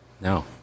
No